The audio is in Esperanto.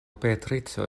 beatrico